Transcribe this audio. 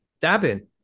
dabbing